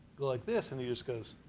go like this. and he just goes.